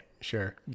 sure